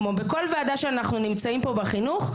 כמו בכל ועדה שאנחנו נמצאים בה בחינוך,